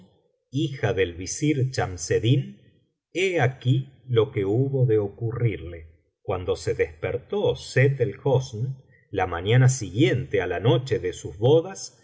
hija del visir chamseddin he aquí lo que hubo de ocurrir le cuando se despertó sett el hosn la mañana siguiente á la noche de sus bodas